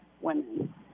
women